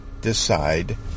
decide